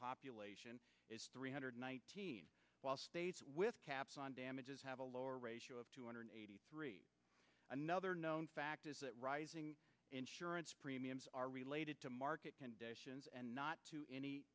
population is three hundred nineteen while states with caps on damages have a lower ratio of two hundred eighty three another known fact is that insurance premiums are related to market conditions and not